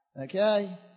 Okay